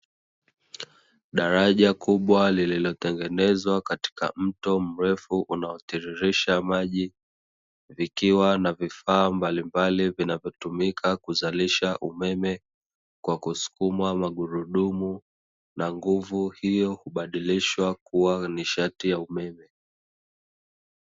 Daraja kubwa lililo tengenezwa katika mto mrefu unaotiririsha maji, vikiwa na vifaa mbalimbali vinavyotumika kuzalisha umeme kwa kusukumwa magurudumu na nguvu hiyo kubadilishwa kuwa nishati ya umeme.